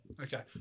Okay